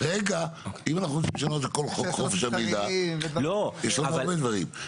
אם אנחנו רוצים לשנות את כל חוק חופש המידע יש עוד הרבה דברים.